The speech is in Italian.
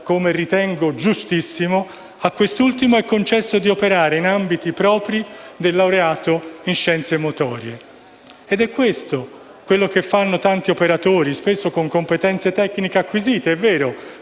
come ritengo giustissimo - a quest'ultimo è concesso di operare in ambiti propri del laureato in scienze motorie. È questo quello che fanno tanti operatori, spesso con competenze tecniche acquisite - è vero